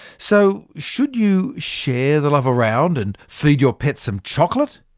so should you share the love around and feed your pet some chocolate?